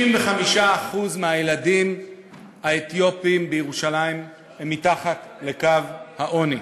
65% מהילדים האתיופים בירושלים הם מתחת לקו העוני.